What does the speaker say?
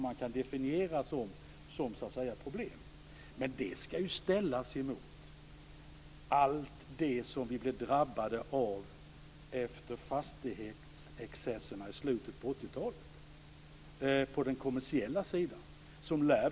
Men detta skall ju ställas mot allt det som vi blev drabbade av efter fastighetsexcesserna på den kommersiella sidan i slutet på 80-talet.